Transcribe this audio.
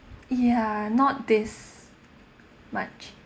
ya not this much